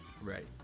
right